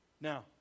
Now